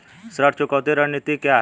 ऋण चुकौती रणनीति क्या है?